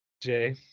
Jay